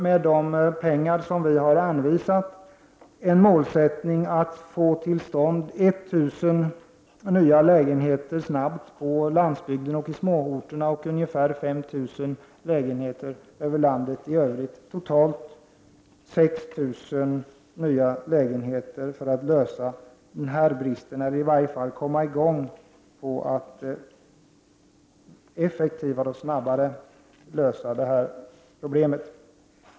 Med de pengar som vi har anvisat har vi en målsättning att snabbt få till stånd 1 000 nya lägenheter på landsbygden och i de små orterna och ungefär 5 000 lägenheter i landet i övrigt. Totalt gör det 6 000 nya lägenheter för att klara av bristen eller i varje fall för att komma i gång för att effektivare och snabbare lösa problemet.